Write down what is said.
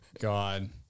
God